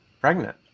pregnant